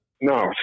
No